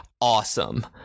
awesome